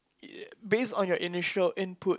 yeah based on your initial input